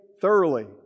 thoroughly